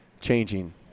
changing